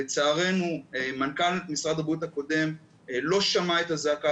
לצערנו מנכ"ל משרד הבריאות הקודם לא שמע את הזעקה